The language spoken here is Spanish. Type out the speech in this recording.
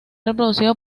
reproducido